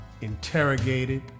interrogated